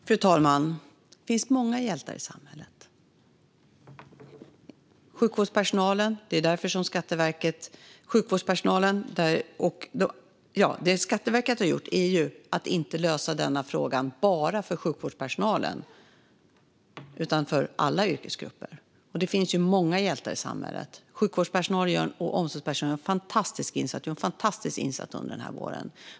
Fru talman! Det finns många hjältar i samhället. Vad Skatteverket har gjort är att lösa frågan inte enbart för sjukvårdspersonalen utan för alla yrkesgrupper. Det finns ju många hjältar i samhället. Sjukvårds och omsorgspersonalen gör en fantastisk insats och gjorde även en fantastisk insats under våren.